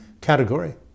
category